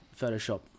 Photoshop